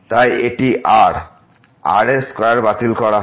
তাই এটি r r এর স্কয়ার বাতিল করা হবে